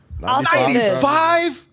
95